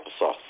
applesauce